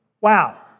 Wow